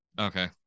Okay